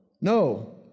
no